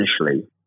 initially